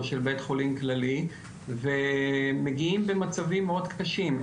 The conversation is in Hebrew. או של בית חולים כללי ומגיעים במצבים מאוד קשים,